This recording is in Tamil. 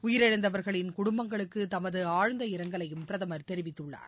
உயிரிழந்தவர்களின் குடும்பங்களுக்குதமதுஆழ்ந்த இரங்கலையும் பிரதமர் தெரிவித்துள்ளார்